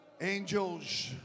Angels